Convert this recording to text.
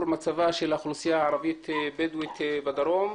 מצבה של האוכלוסייה הערבית-בדואית בדרום,